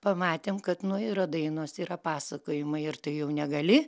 pamatėm kad nu yra dainos yra pasakojimai ir tai jau negali